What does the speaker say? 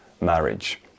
marriage